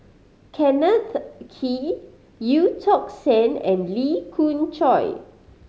Kenneth Kee Eu Tong Sen and Lee Khoon Choy